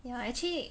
ya actually